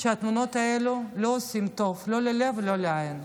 שהתמונות האלה לא עושות טוב לא ללב ולא לעין.